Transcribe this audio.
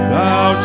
Thou